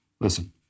Listen